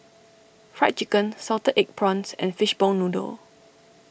Fried Chicken Salted Egg Prawns and Fishball Noodle